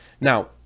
now